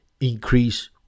increase